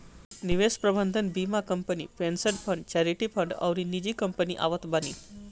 निवेश प्रबंधन बीमा company, pension fund, charity fund अउरी निजी कंपनी आवत बानी